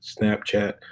Snapchat